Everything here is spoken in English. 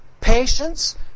patience